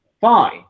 Fine